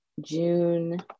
june